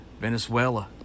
Venezuela